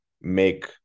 make